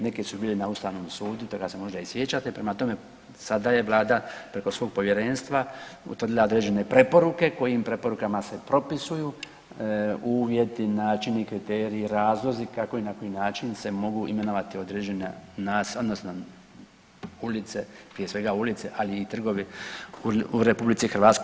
Neke, neke su bile na Ustavnom sudu, toga se možda i sjećate, prema tome, sada je Vlada preko svog Povjerenstva utvrdila određene preporuke kojim preporukama se propisuju uvjeti, načini, kriteriji, razlozi kako i na koji način se mogu imenovati određena naselja, odnosno ulice, prije svega ulice, ali i trgovi u RH.